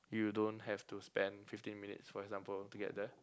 you don't have to spend fifteen minutes for example to get there